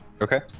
Okay